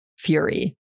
fury